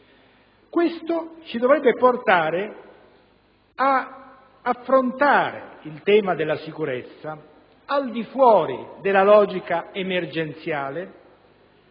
Questo dovrebbe portarci ad affrontare il tema della sicurezza al di fuori della logica emergenziale